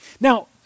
Now